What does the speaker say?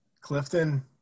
Clifton –